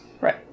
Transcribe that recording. Right